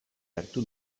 hartu